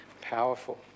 powerful